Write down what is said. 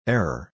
Error